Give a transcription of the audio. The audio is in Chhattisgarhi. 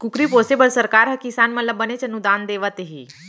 कुकरी पोसे बर सरकार हर किसान मन ल बनेच अनुदान देवत हे